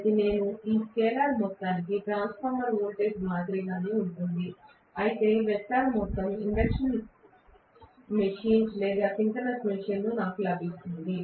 కాబట్టి నేను ఈ స్కేలార్ మొత్తానికి ట్రాన్స్ఫార్మర్ వోల్టేజ్ మాదిరిగానే ఉంటుంది అయితే వెక్టర్ మొత్తం ఇండక్షన్ మెషీన్ లేదా సింక్రోనస్ మెషీన్లో నాకు లభిస్తుంది